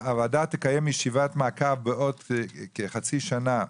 הוועדה תקיים ישיבת מעקב בעוד כחצי שנה,